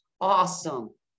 Awesome